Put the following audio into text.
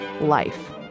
life